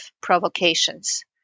provocations